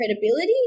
credibility